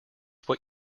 what